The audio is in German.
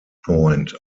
point